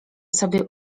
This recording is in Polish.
sobie